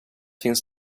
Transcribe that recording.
finns